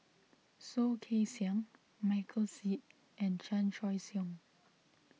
Soh Kay Siang Michael Seet and Chan Choy Siong